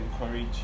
encourage